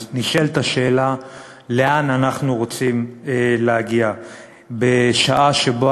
נשאלת השאלה לאן אנחנו רוצים להגיע בשעה שבה